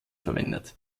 verwendet